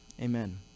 amen